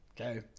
okay